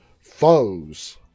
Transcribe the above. foes